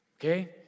okay